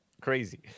crazy